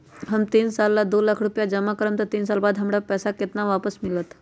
हम तीन साल ला दो लाख रूपैया जमा करम त तीन साल बाद हमरा केतना पैसा वापस मिलत?